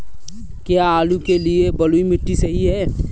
क्या आलू के लिए बलुई मिट्टी सही है?